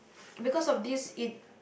because of this it